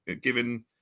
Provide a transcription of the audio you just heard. given